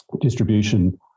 distribution